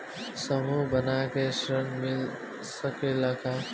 समूह बना के ऋण मिल सकेला का?